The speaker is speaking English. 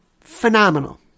Phenomenal